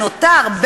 הנותר,